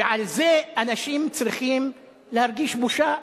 ועל זה אנשים צריכים להרגיש בושה,